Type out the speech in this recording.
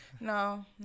no